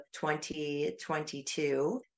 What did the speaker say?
2022